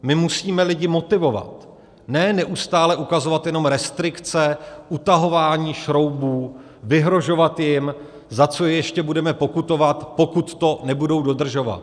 My musíme lidi motivovat, ne neustále ukazovat jenom restrikce, utahování šroubů, vyhrožovat jim, za co je ještě budeme pokutovat, pokud to nebudou dodržovat.